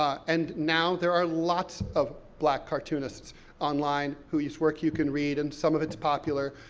um and now, there are lots of black cartoonists online, whose work you can read, and some of it's popular.